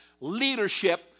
leadership